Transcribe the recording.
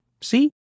See